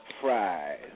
fries